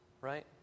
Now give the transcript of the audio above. right